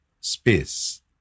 space